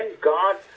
god